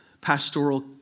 pastoral